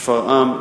שפרעם,